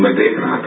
मैं देख रहा था